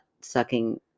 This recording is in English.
sucking